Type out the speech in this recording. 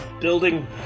Building